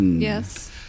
Yes